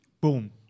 Boom